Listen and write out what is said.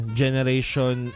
generation